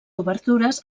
obertures